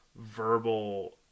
verbal